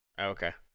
Okay